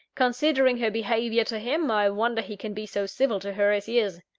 considering her behaviour to him, i wonder he can be so civil to her as he is.